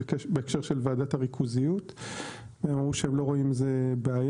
בהקשר של ועדת הריכוזיות והם אמרו שהם לא רואים עם זה בעיה,